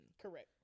Correct